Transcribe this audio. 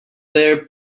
there